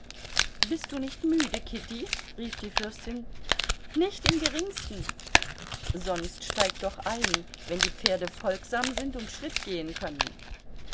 bist du nicht müde kitty rief die fürstin nicht im geringsten sonst steig doch ein wenn die pferde folgsam sind und schritt gehen können